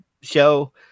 show